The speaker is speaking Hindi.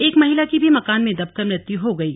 एक महिला की भी मकान में दबकर मृत्यु हो गयी